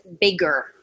bigger